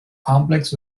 complex